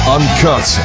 Uncut